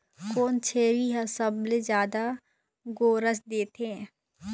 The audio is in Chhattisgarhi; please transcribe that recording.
कोन छेरी हर सबले जादा गोरस देथे?